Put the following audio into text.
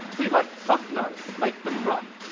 be like fuck no, make them run